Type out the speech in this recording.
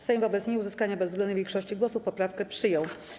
Sejm wobec nieuzyskania bezwzględnej większości głosów poprawkę przyjął.